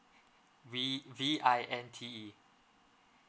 V V I N T E